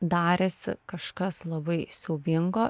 darėsi kažkas labai siaubingo